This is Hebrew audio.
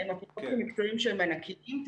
חלקם אפוטרופוסים מקצועיים שהם ענקיים,